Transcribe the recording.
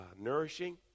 nourishing